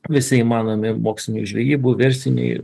visi įmanomi mokslinių žvejybų